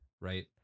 right